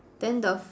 then the